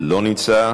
לא נמצא,